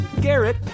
Garrett